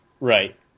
Right